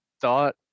thought